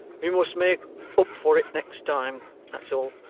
we must make up for it next time, that's all